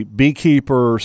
beekeeper